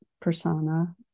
persona